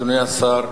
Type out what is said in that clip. אדוני השר,